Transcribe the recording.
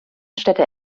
städte